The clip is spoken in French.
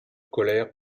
colère